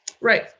Right